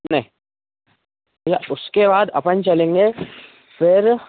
नइ भैया उसके बाद अपन चलेंगे फिर